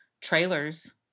trailers